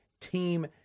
team